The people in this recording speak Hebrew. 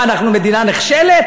מה, אנחנו מדינה נחשלת?